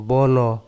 Bono